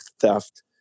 theft